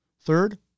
Third